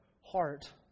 heart